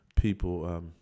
people